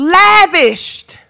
lavished